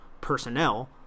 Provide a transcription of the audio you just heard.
personnel